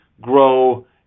grow